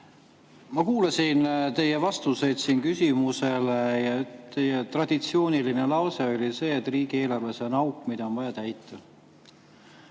Ma kuulasin teie vastuseid küsimustele ja teie traditsiooniline lause oli see, et riigieelarves on auk, mida on vaja täita.